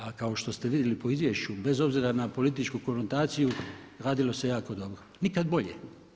A kao što ste vidjeli po izvješću bez obzira na političku konotaciju radilo se jako dobro, nikad bolje.